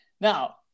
Now